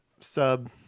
sub